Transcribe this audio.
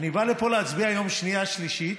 אני בא לפה להצביע היום בשנייה שלישית,